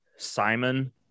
Simon